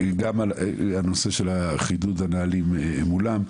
גם נושא חידוד הנהלים מולם,